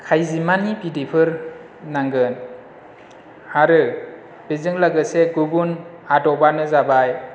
खायजिमानि बिदैफोर नांगोन आरो बेजों लोगोसे गुबुन आदबानो जाबाय